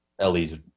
Ellie's